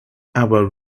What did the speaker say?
our